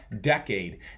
decade